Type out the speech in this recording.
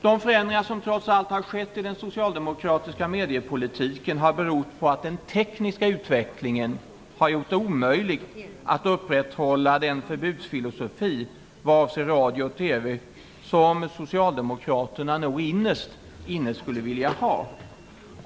De förändringar som trots allt har skett i den socialdemokratiska mediepolitiken har berott på att den tekniska utvecklingen har gjort det omöjligt att upprätthålla den förbudsfilosofi vad avser radio och TV som Socialdemokraterna nog innerst inne skulle vilja ha.